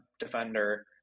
defender